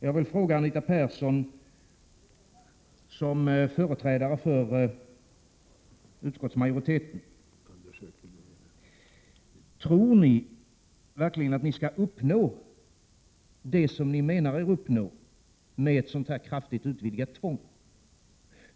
Jag vill fråga Anita Persson som företrädare för utskottsmajoriteten: Tror ni verkligen att ni skall uppnå det som ni menar er uppnå med ett sådant här kraftigt utvidgat tvång?